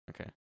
Okay